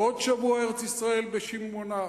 ועוד שבוע, ארץ-ישראל בשיממונה.